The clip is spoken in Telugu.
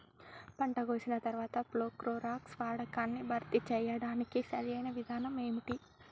పంట కోసిన తర్వాత ప్రోక్లోరాక్స్ వాడకాన్ని భర్తీ చేయడానికి సరియైన విధానం ఏమిటి?